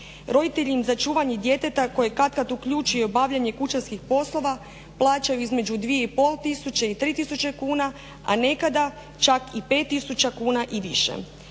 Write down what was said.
Roditelji im za čuvanje djeteta koje katkad uključuje i obavljanje kućanskih poslova plaćaju između 2 i pol tisuće i tri tisuće kuna a nekada čak i pet tisuća kuna i više.